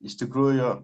iš tikrųjų